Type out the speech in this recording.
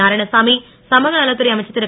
நாராயணசாமி சமூக நலத்துறை அமைச்சர் திரு